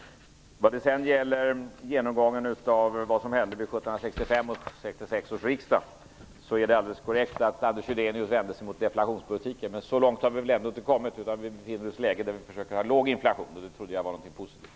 När det sedan gäller genomgången av vad som hände vid 1765 och 1766 års riksdagar är det alldeles korrekt att Anders Gydenius vände sig mot deflationspolitiken. Men så långt har vi väl ännu inte kommit, utan vi befinner oss i ett läge där vi försöker ha låg inflation. Det trodde jag var någonting positivt.